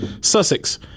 Sussex